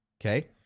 Okay